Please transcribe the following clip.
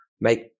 make